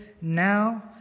now